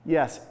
Yes